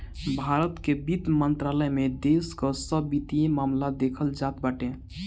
भारत के वित्त मंत्रालय में देश कअ सब वित्तीय मामला देखल जात बाटे